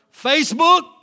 Facebook